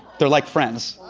they're like friends.